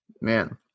Man